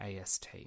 AST